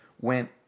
went